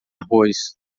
arroz